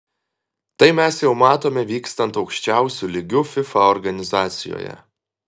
tai mes jau matome vykstant aukščiausiu lygiu fifa organizacijoje